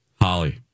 Holly